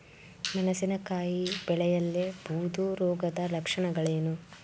ಮೆಣಸಿನಕಾಯಿ ಬೆಳೆಯಲ್ಲಿ ಬೂದು ರೋಗದ ಲಕ್ಷಣಗಳೇನು?